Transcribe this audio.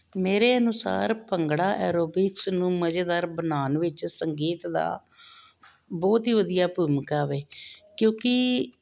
ਮੇਰੇ ਅਨੁਸਾਰ ਭੰਗੜਾ ਐਰੋਬਿਕਸ ਨੂੰ ਮਜੇਦਾਰ ਬਣਾਉਣ ਵਿੱਚ ਸੰਗੀਤ ਦਾ ਬਹੁਤ ਹੀ ਵਧੀਆ ਭੂਮਿਕਾ ਵੇ ਕਿਉਂਕਿ